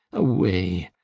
away!